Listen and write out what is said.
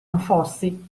anfossi